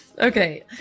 Okay